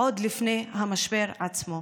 עוד לפני המשבר עצמו.